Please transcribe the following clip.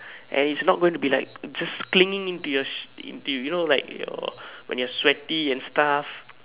and its not gonna be like just clinging into into you know like your when your sweaty and stuff